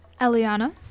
Eliana